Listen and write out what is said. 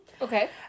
Okay